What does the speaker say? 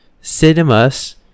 cinemas